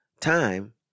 time